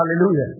Hallelujah